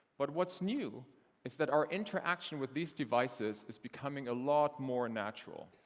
but what's new is that our interaction with these devices is becoming a lot more natural.